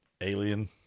Alien